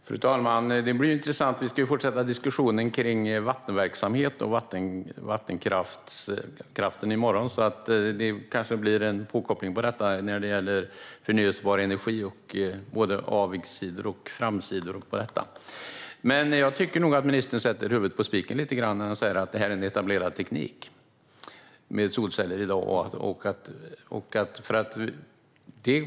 Fru talman! Det blir intressant att diskutera vattenverksamhet och vattenkraft i morgon. Det kanske blir en påkoppling till detta när det gäller förnybar energi och både avigsidor och framsidor med denna. Jag tycker nog att ministern sätter huvudet på spiken lite grann när han säger att solceller är en etablerad teknik i dag.